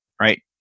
Right